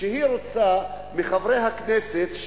היא רוצה מחברי הכנסת,